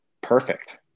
Perfect